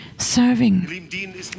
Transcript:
Serving